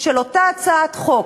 של אותה הצעת חוק,